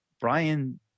Brian